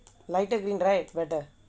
lighter green right lighter